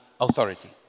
authority